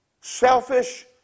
selfish